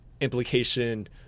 implication